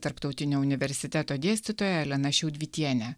tarptautinio universiteto dėstytoja elena šiaudvytiene